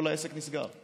כל העסק נסגר.